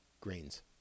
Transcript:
grains